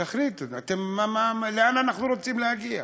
תחליטו, לאן אנחנו רוצים להגיע?